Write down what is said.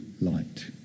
light